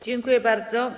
Dziękuję bardzo.